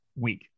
week